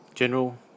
General